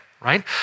right